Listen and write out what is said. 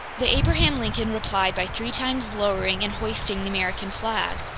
the abraham lincoln replied by three times lowering and hoisting the american flag,